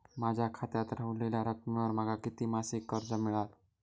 माझ्या खात्यात रव्हलेल्या रकमेवर माका किती मासिक कर्ज मिळात?